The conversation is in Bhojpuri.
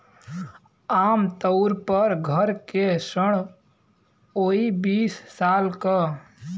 आम तउर पर घर के ऋण होइ बीस साल क